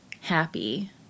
happy